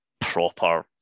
proper